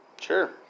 Sure